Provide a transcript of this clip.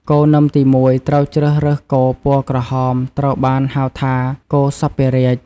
គោនឹមទី១ ត្រូវជ្រើសរើសគោ ពណ៌ក្រហម ត្រូវបានហៅថា គោសព្វរាជ។